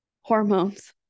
hormones